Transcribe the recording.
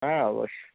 হ্যাঁ অবশ্যই